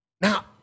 Now